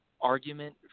argument